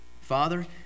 Father